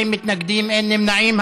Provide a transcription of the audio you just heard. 20 מתנגדים, אין נמנעים.